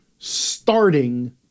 starting